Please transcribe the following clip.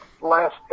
last